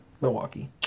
Milwaukee